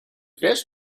wiesz